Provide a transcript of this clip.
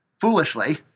foolishly